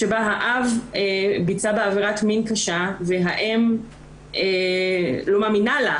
שהאב ביצע בה עבירת מין קשה והאם לא מאמינה לה,